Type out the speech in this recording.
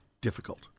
difficult